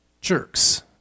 jerks